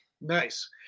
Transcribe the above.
Nice